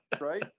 right